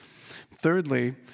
Thirdly